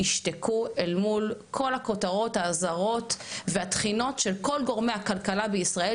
ישתקו אל מול כל הכותרות האזהרות והתחינות של כל גורמי הכלכלה בישראל,